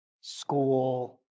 school